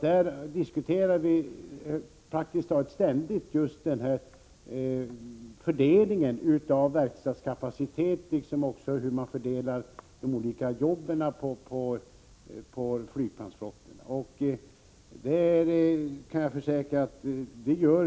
Då diskuterar vi praktiskt taget ständigt fördelningen av verkstadskapaciteten, liksom hur man fördelar de olika jobben på flygplansflottorna.